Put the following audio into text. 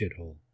shithole